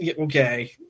okay